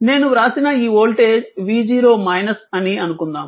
నేను వ్రాసిన ఈ వోల్టేజ్ v0 అని అనుకుందాం